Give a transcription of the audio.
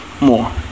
more